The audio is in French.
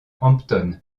hampton